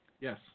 yes